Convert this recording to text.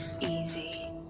easy